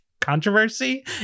controversy